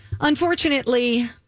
Unfortunately